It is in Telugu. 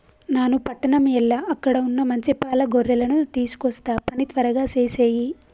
నాను పట్టణం ఎల్ల అక్కడ వున్న మంచి పాల గొర్రెలను తీసుకొస్తా పని త్వరగా సేసేయి